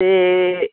ਅਤੇ